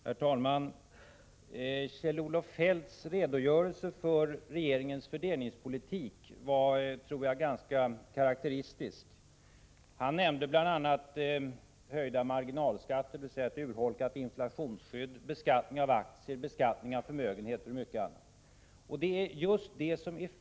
Herr talman! Kjell-Olof Feldts redogörelse för regeringens fördelningspolitik var, tror jag, ganska karakteristisk. Han nämnde bl.a. höjda marginalskatter, dvs. ett urholkat inflationsskydd, beskattning av aktier, beskattning av förmögenheter och mycket annat.